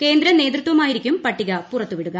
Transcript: കേന്ദ്ര നേതൃത്വമായിരിക്കും പട്ടിക പുറത്തു വിടുക